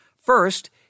First